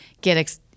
get